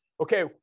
Okay